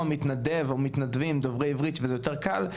מתנדב או מתנדבים דוברי עברית שזה יותר קל,